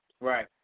Right